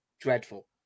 dreadful